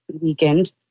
weekend